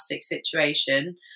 situation